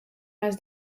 más